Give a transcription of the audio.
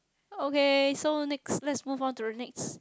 okay so next let's move on to the next